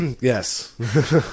Yes